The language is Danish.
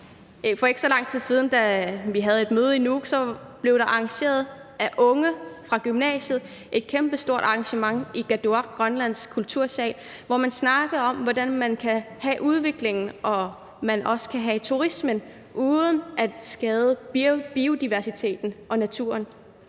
For ikke lang tid siden, da vi havde et møde i Nuuk, blev der af unge fra gymnasiet arrangeret et kæmpestort arrangement i Katuaq, Grønlands kulturhus, hvor man snakkede om, hvordan man kan have udvikling og turisme uden at skade biodiversiteten og naturen.